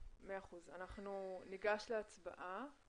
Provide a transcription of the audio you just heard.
אנחנו ניגש להצבעה.